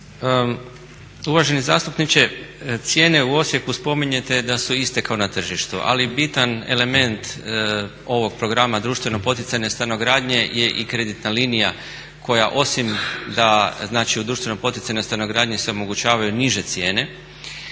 Uvaženi zastupniče, cijene u Osijeku spominjete da su iste kao na tržištu, ali bitan element ovog programa društveno poticajne stanogradnje je i kreditna linija koja osim da znači u društveno poticajnoj stanogradnji se omogućavaju niže cijene,